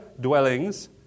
dwellings